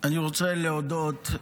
פה.